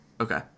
Okay